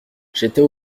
j’étais